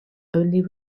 only